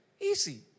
easy